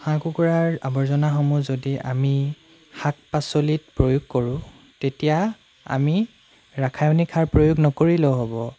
হাঁহ কুকুৰাৰ আৱৰ্জনাসমূহ যদি আমি শাক পাচলিত প্ৰয়োগ কৰোঁ তেতিয়া আমি ৰাসায়নিক সাৰ প্ৰয়োগ নকৰিলেও হ'ব